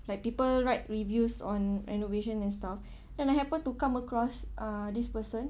like people write reviews on renovation and stuff then I happen to come across uh this person